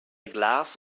glass